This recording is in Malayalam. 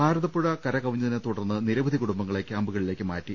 ഭാരതപ്പുഴ കരകവിഞ്ഞതിനെത്തുടർന്ന് നിരവധി കുടും ബങ്ങളെ ക്യാമ്പുകളിലേക്ക് മാറ്റി